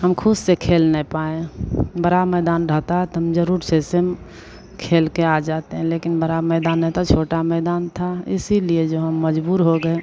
हम खुद से खेल न पाएं बड़ा मैदान रहता तो हम ज़रूर से सम खेलकर आ जाते लेकिन बड़ा मैदान रहता छोटा मैदान था इसलिए जो हम मजबूर हो गए